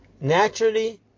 Naturally